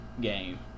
game